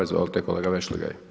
Izvolite kolega Vešligaj.